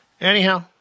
anyhow